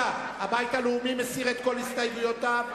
ותיקונים שהונחו על שולחן הכנסת והוכרז עליהם.